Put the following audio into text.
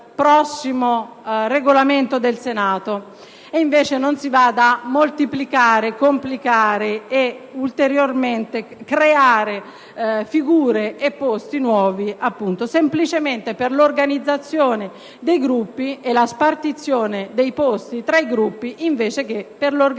il prossimo Regolamento del Senato e che invece non si vada a complicare moltiplicando ulteriormente figure e posti nuovi semplicemente per l'organizzazione e la spartizione dei posti tra i Gruppi invece che per l'organizzazione